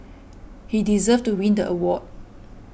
he deserved to win the award